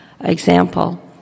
example